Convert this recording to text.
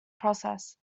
process